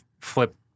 flip